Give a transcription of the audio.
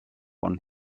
bon